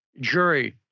jury